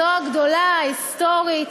זו הגדולה, ההיסטורית,